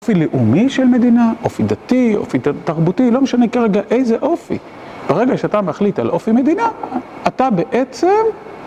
אופי לאומי של מדינה, אופי דתי, אופי תרבותי, לא משנה כרגע איזה אופי. ברגע שאתה מחליט על אופי מדינה, אתה בעצם...